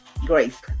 grace